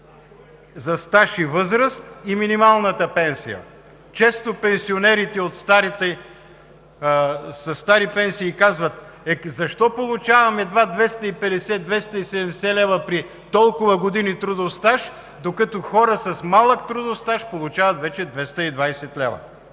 за стаж и възраст и минималната пенсия. Често пенсионерите със стари пенсии казват: „Защо получавам едва 250 – 270 лв. при толкова години трудов стаж, докато хора с малък трудов стаж получават вече 220 лв.?“